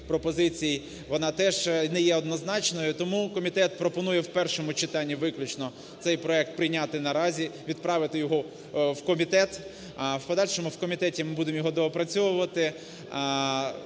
пропозицій вона теж не є однозначною. Тому комітет пропонує в першому читанні виключно цей проект прийняти наразі, відправити його в комітет. В подальшому в комітеті ми будемо його доопрацьовувати,